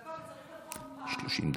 נכון, וצריך לפחות פעם בשבוע.